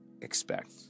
expect